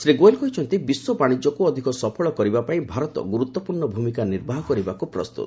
ଶ୍ରୀ ଗୋୟଲ୍ କହିଛନ୍ତି ବିଶ୍ୱ ବାଣିଜ୍ୟକୁ ଅଧିକ ସଫଳ କରିବାପାଇଁ ଭାରତ ଗୁରୁତ୍ୱପୂର୍ଷ ଭୂମିକା ନିର୍ବାହ କରିବାକୁ ପ୍ରସ୍ତତ